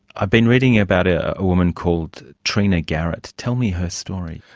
i've been reading about a woman called trina garnett. tell me her story.